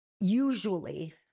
usually